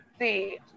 see